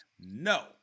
no